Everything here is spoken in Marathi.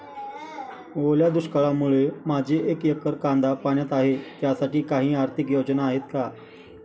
ओल्या दुष्काळामुळे माझे एक एकर कांदा पाण्यात आहे त्यासाठी काही आर्थिक योजना आहेत का?